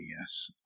yes